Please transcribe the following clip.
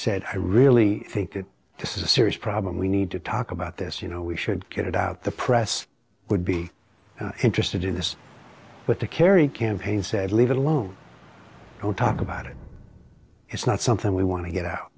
said i really think that this is a serious problem we need to talk about this you know we should get out the press would be interested in this but the kerry campaign said leave it alone to talk about it it's not something we want to get out